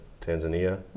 Tanzania